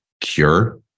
cure